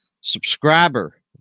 subscriber